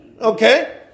Okay